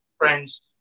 friends